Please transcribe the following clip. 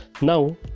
Now